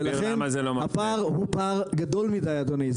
ולכן הפער הוא פער גדול מידי אדוני,